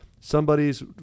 somebody's